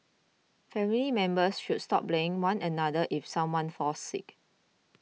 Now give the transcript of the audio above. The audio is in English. family members should stop blaming one another if someone falls sick